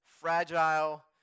fragile